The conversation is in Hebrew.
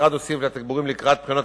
במשרד עושים את התגבורים לקראת בחינות